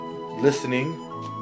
listening